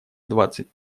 двадцать